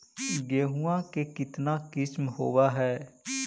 गेहूमा के कितना किसम होबै है?